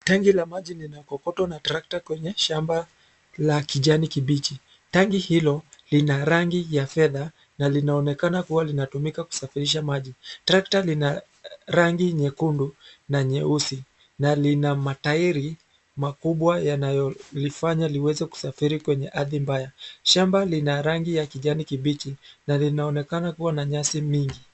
Tangi la maji linakokotwa na trekta kwenye shamba la kijani kibichi. Tangi hilo lina rangi ya fedha na linaoneka kua linatumika kusafirisha maji. Trekta lina rangi nyekundu na nyeusi na lina matairi makubwa yanayolifanya liweze kusafiri kwenye ardhi mbaya. Shamba lina rangi ya kijani kibichi na linaonekana kua na nyasi mingi.